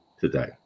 today